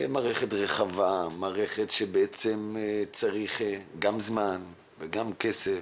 מערכת רחבה, שבעצם צריך גם זמן וגם כסף,